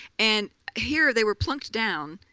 and here they were plunked down